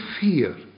fear